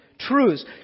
Truths